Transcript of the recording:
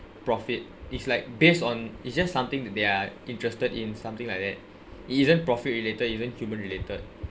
profit is like based on it's just something that they're interested in something like that it isn't profit related isn't human related